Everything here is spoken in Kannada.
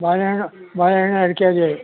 ಬಾಳೆಹಣ್ಣು ಬಾಳೆಹಣ್ಣು ಎರಡು ಕೆಜಿ